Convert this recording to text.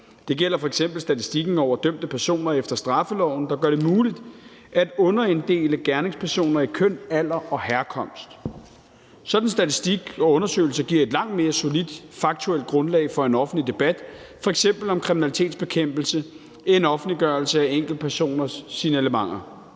Det gælder f.eks. statistikken over dømte personer efter straffeloven, der gør det muligt at underinddele gerningspersoner i køn, alder og herkomst. Sådan en statistik og undersøgelse giver et langt mere solidt, faktuelt grundlag for en offentlig debat, f.eks. om kriminalitetsbekæmpelse, end offentliggørelse af enkeltpersoners signalementer.